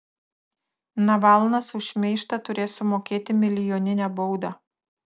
navalnas už šmeižtą turės sumokėti milijoninę baudą